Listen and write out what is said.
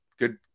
good